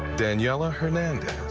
daniella hernandez.